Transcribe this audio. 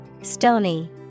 Stony